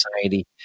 society